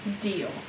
Deal